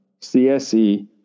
CSE